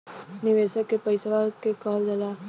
निवेशक के पइसवा के कहल जाला